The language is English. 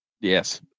Yes